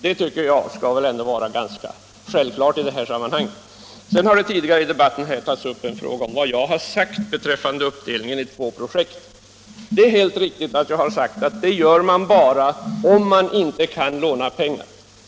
Detta tycker jag är ganska självklart. Tidigare i debatten har man tagit upp vad jag sagt beträffande upp delningen i två projekt. Det är helt riktigt att jag har sagt att en sådan uppdelning gör man bara om man inte kan låna pengar.